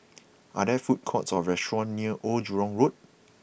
are there food courts or restaurants near Old Jurong Road